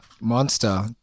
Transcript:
Monster